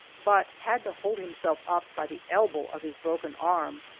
but had to hold himself up by the elbow of his broken arm.